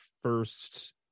first